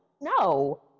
no